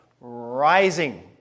rising